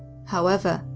however,